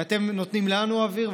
ואתם נותנים לנו אוויר,